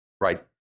Right